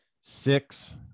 six